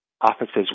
offices